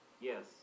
Yes